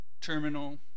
terminal